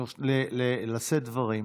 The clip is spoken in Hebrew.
לשאת דברים,